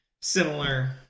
similar